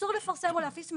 אסור לפרסם או להפיץ מידע,